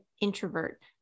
introvert